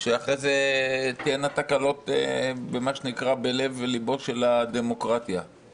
שאחרי זה תהיינה תקלות בלב לבה של הדמוקרטיה,